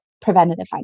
preventative